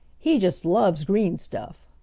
he just loves green stuff.